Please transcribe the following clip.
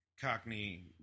Cockney